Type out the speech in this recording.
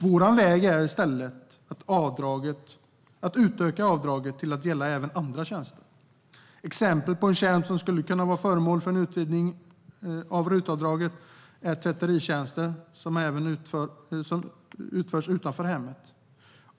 Vår väg är i stället att utöka avdraget till att gälla även andra tjänster. Ett exempel på en tjänst som skulle kunna vara föremål för en utvidgning av RUT-avdraget är tvätteritjänster som utförs utanför hemmet.